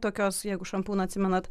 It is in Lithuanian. tokios jeigu šampūną atsimenat